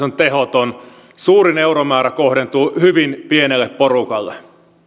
on tehoton suurin euromäärä kohdentuu hyvin pienelle porukalle